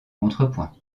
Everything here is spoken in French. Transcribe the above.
contrepoint